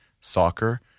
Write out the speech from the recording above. soccer